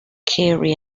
kerry